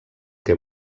que